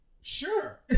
sure